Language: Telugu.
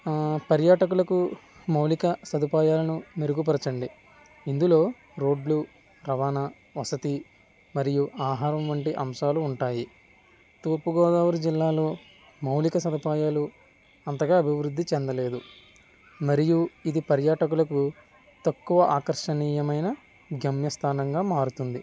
పర్యాటకులకు మౌలిక సదుపాయాలను మెరుగుపరచండి ఇందులో రోడ్లు రవాణా వసతి మరియు ఆహారం వంటి అంశాలు ఉంటాయి తూర్పుగోదావరి జిల్లాలో మౌలిక సదుపాయాలు అంతగా అభివృద్ధి చెందలేదు మరియు ఇది పర్యాటకులకు తక్కువ ఆకర్షణీయమైన గమ్యస్థానంగా మారుతుంది